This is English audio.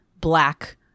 black